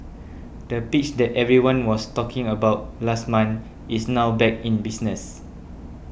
the pitch that everyone was talking about last month is now back in business